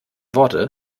worte